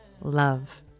love